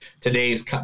today's